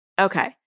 Okay